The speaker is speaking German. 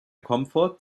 komfort